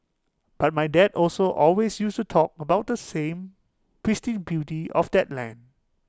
but my dad also always used to talk about the same pristine beauty of that land